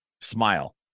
smile